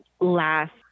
last